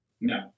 No